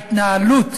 ההתנהלות,